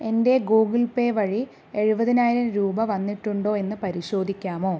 എൻ്റെ Google Pay വഴി എഴുപതിനായിരം രൂപ വന്നിട്ടുണ്ടോ എന്ന് പരിശോധിക്കാമോ